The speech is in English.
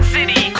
City